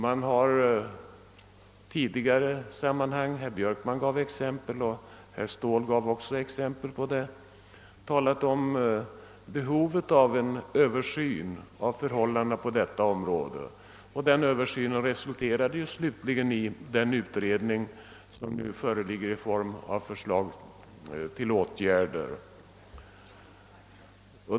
Man har i tidigare sammanhang — herr Björkman gav exempel på det liksom också herr Ståhl — talat om behovet av en Översyn. Denna översyn har ju slutligen resulterat i den utredning, vars slutsatser nu föreligger i form av förslag till åtgärder.